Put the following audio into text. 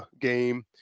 game